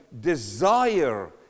desire